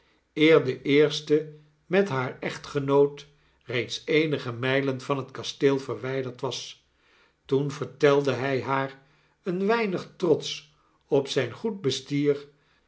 de eerste met haar echtgenoot reeds eenige mylen van het kasteel verwijderd was toen vertelde hij haar een weinig trotsch op zijn goed bestier